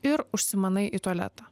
ir užsimanai į tualetą